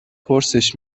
پرسش